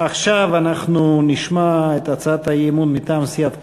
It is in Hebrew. עכשיו אנחנו נשמע את הצעת האי-אמון מטעם סיעת קדימה: